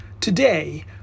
today